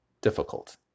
difficult